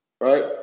right